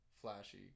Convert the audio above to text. flashy